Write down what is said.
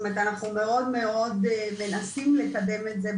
אנחנו מאוד מאוד מנסים לקדם את זה,